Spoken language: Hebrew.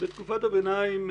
בתקופת הביניים,